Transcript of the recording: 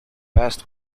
passed